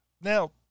Now